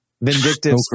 Vindictive